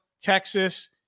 Texas –